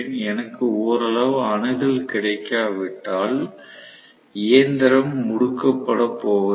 எனக்கு ஓரளவு அணுகல் கிடைக்காவிட்டால் இயந்திரம் முடுக்கப்பட போவதில்லை